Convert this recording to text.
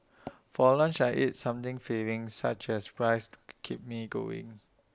for lunch I eat something filling such as rice to keep me going